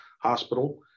hospital